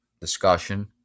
discussion